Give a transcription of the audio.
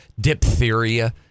diphtheria